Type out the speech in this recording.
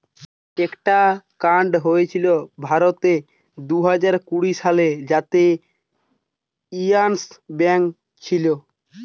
একটা কান্ড হয়েছিল ভারতে দুইহাজার কুড়ি সালে যাতে ইয়েস ব্যাঙ্ক ছিল